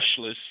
brushless